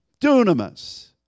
Dunamis